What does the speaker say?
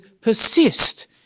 persist